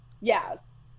yes